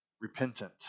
repentant